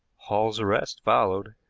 hall's arrest followed.